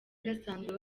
gasanzwe